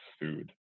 food